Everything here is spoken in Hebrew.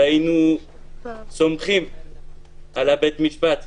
וסמכנו על בית המשפט.